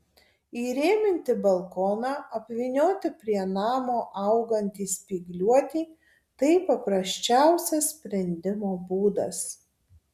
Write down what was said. įrėminti balkoną apvynioti prie namo augantį spygliuotį tai paprasčiausias sprendimo būdas